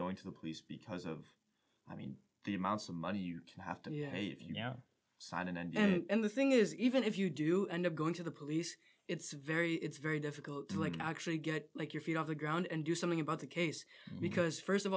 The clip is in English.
going to the police because of i mean the amounts of money you have to be you know sign in and the thing is even if you do end up going to the police it's very it's very difficult like actually get like your feet off the ground and do something about the case because first of